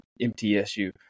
MTSU